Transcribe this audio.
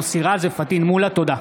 מוסי רז ופטין מולא בנושא: